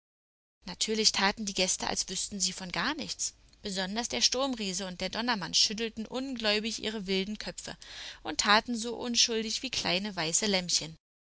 natürlich taten die gäste als wüßten sie von gar nichts besonders der sturmriese und der donnermann schüttelten ungläubig ihre wilden köpfe und taten so unschuldig wie kleine weiße lämmchen